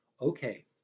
okay